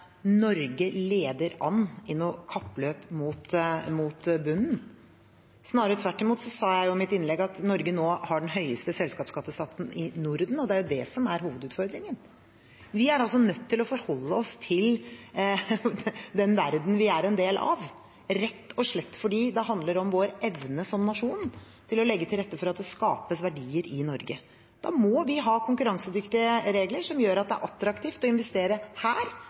Norge leder an i noe kappløp mot bunnen. Snarere tvert imot sa jeg i mitt innlegg at Norge nå har den høyeste selskapsskattesatsen i Norden. Det er det som er hovedutfordringen. Vi er nødt til å forholde oss til den verdenen vi er en del av, rett og slett fordi det handler om vår evne som nasjon til å legge til rette for at det skapes verdier i Norge. Da må vi ha konkurransedyktige regler, som gjør at det er attraktivt å investere her